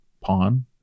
Pawn